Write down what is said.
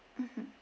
mmhmm